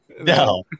No